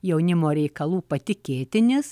jaunimo reikalų patikėtinis